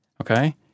okay